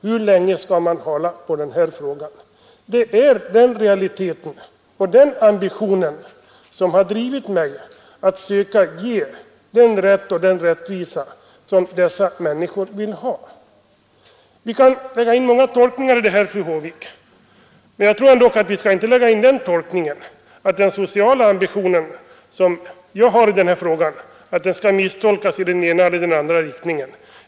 Hur länge skall man förhala den här frågan om sänkning av pensionsåldern? Den ambition som har drivit mig har varit att försöka ge den rätt och den rättvisa som dessa människor vill ha och måste få. Man kan göra många tolkningar på den här punkten, fru Håvik, men den sociala ambitionen som jag har i den här frågan skall inte misstolkas i den ena eller andra riktningen.